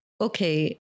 okay